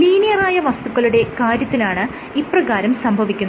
ലീനിയറായ വസ്തുക്കളുടെ കാര്യത്തിലാണ് ഇപ്രകാരം സംഭവിക്കുന്നത്